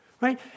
right